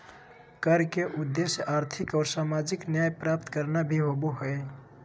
कर के उद्देश्य आर्थिक और सामाजिक न्याय प्राप्त करना भी होबो हइ